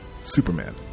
Superman